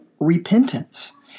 repentance